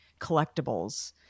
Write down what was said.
collectibles